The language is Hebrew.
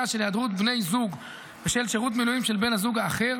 של היעדרויות בני זוג בשל שירות מילואים של בן הזוג האחר,